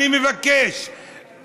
מבקש,